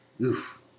Oof